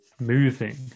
moving